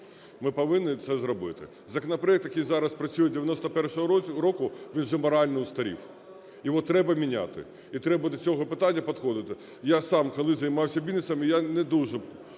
ми повинні це зробити. Законопроект, який зараз працює, 91-го року, він вже морально устарів, його треба міняти, і треба до цього питання підходити. Я сам, коли займався бізнесом, я не дуже